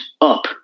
up